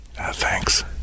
thanks